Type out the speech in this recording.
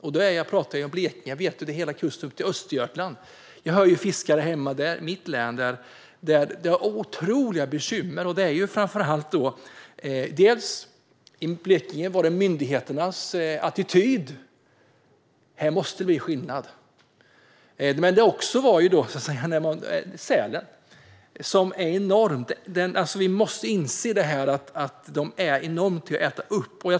Jag talar om Blekinge, men jag vet att det handlar om hela kusten upp till Östergötland. Jag hör fiskare hemma i mitt län som har otroliga bekymmer. I Blekinge handlade det om myndigheternas attityd. Här måste det bli skillnad. Men det handlar också om sälen, och vi måste inse att de äter upp enorma mängder fisk.